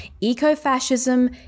Eco-fascism